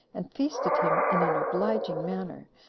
and feasted him in an obliging manner,